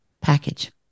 package